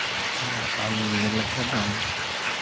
ᱟᱢ ᱧᱮᱞ ᱠᱟᱫᱟᱢ